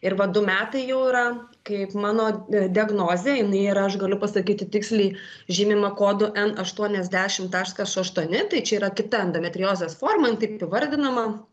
ir va du metai jau yra kaip mano diagnozė jinai yra aš galiu pasakyti tiksliai žymima kodu en aštuoniasdešim taškas aštuoni tai čia yra kita endometriozės forma taip įvardinama